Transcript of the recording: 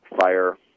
fire